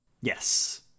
Yes